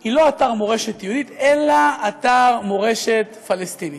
היא לא אתר מורשת יהודית אלא אתר מורשת פלסטינית.